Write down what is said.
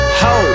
ho